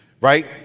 right